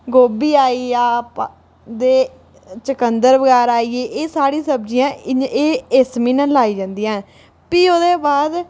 गोभी आई गेआ ते चकंदर बगैरा आई गेई एह् साढ़ी सब्जियां एह् इस म्हीनै लाई जंदियां न भी ओह्दे बाद